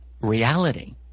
reality